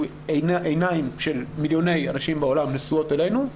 עיניים של מליוני אנשים בעולם נשואות אלינו,